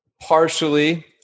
partially